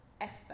effort